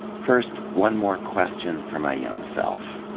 first, one more question for my young self.